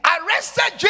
Arrested